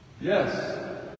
Yes